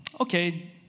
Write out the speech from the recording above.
okay